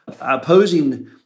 opposing